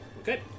Okay